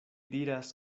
diras